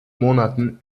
monaten